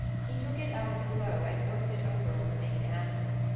he took it out of the glow and worked it over on the main-anvil.